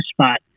spot